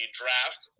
draft